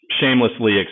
shamelessly